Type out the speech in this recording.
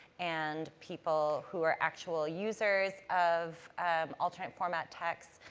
and people who are actual users of alternate-format text.